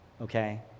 okay